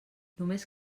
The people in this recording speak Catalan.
només